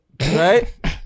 right